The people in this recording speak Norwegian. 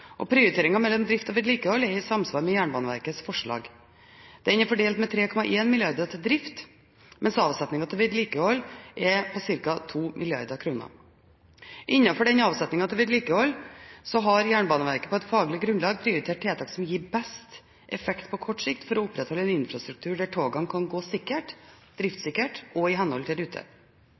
og prioriteringen mellom drift og vedlikehold er i samsvar med Jernbaneverkets forslag. Den er fordelt med 3,1 mrd. kr til drift, mens avsetningen til vedlikehold er på ca. 2 mrd. kr. Innenfor avsettingen til vedlikehold har Jernbaneverket på et faglig grunnlag prioritert tiltak som gir best effekt på kort sikt for å opprettholde en infrastruktur der togene kan gå driftssikkert og i henhold til